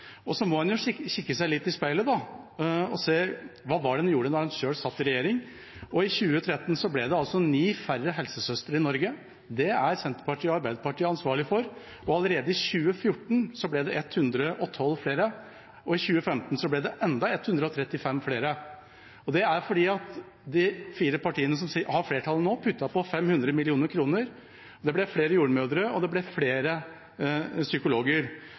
tatt. En må kikke seg litt i speilet og se hva det var en gjorde da en selv satt i regjering. I 2013 ble det altså ni færre helsesøstre i Norge. Det er Senterpartiet og Arbeiderpartiet ansvarlig for. Allerede i 2014 ble det 112 flere, og i 2015 ble det enda 135 flere. Det er fordi de fire partiene som har flertall nå, puttet på 500 mill. kr. Det ble flere jordmødre, og det